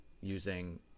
using